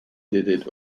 did